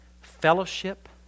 fellowship